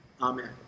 amen